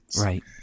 Right